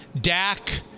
Dak